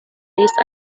least